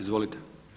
Izvolite.